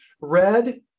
Red